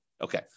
Okay